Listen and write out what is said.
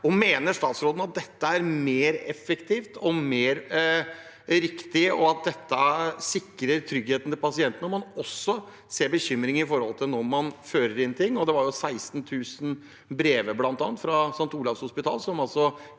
statsråden at dette er mer effektivt og mer riktig, og at dette sikrer tryggheten til pasientene, når man også ser bekymring om når man fører inn ting? Det var jo bl.a. 16 000 brev fra St. Olavs hospital som ikke